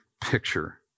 picture